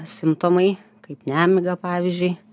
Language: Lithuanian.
simptomai kaip nemiga pavyzdžiui